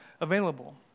available